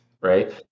right